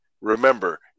remember